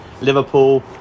Liverpool